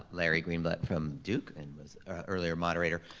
ah larry greenblatt from duke and was a earlier moderator.